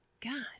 god